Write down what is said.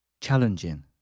challenging